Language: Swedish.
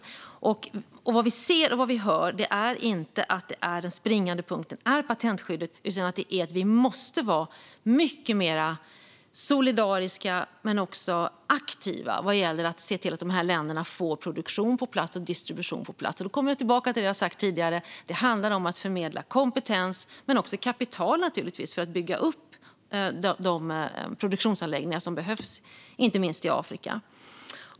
Svar på interpellationer Vad vi ser och hör är att det inte är patentskyddet som är den springande punkten utan att vi måste vara mycket mer solidariska men också aktiva vad gäller att se till att de här länderna får produktion och distribution på plats. Då kommer jag tillbaka till det jag har sagt tidigare: Det handlar om att förmedla kompetens men också kapital, naturligtvis, för att bygga upp de produktionsanläggningar som behövs, inte minst i Afrika.